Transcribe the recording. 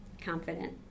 confident